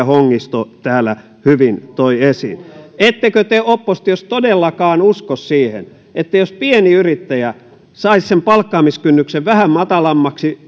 hongisto täällä hyvin toi esiin ettekö te oppositiossa todellakaan usko siihen että jos pieni yrittäjä saisi sen palkkaamiskynnyksen vähän matalammaksi